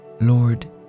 Lord